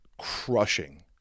Crushing